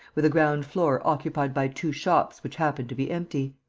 with a ground-floor occupied by two shops which happened to be empty.